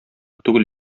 түгел